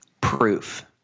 Proof